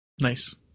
Nice